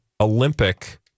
Olympic